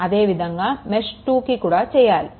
అదేవిధంగా మెష్2కి కూడా చెయ్యాలి